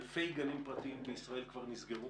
אלפי גנים פרטיים בישראל כבר נסגרו,